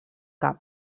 cap